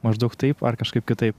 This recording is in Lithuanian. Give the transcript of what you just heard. maždaug taip ar kažkaip kitaip